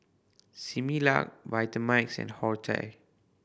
Similac Vitamix and Horti